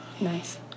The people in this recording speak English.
Nice